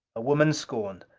a woman scorned!